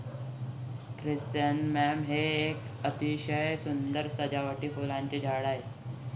chrysanthemum हे एक अतिशय सुंदर सजावटीचे फुलांचे झाड आहे